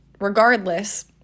regardless